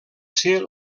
ser